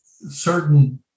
certain